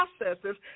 processes